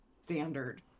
standard